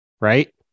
right